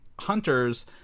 hunters